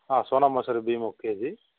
సోనా మసూర బియ్యము ఒక కేజీ